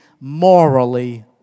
morally